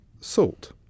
salt